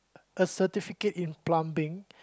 a certificate in plumbing